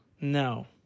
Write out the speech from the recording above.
No